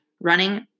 running